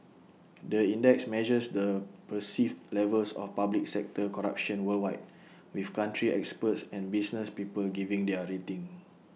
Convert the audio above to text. the index measures the perceived levels of public sector corruption worldwide with country experts and business people giving their rating